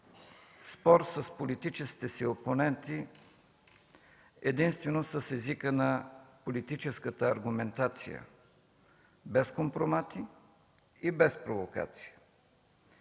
спор с политическите си опоненти единствено с езика на политическата аргументация, без компромати и без провокации.